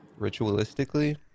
ritualistically